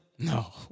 No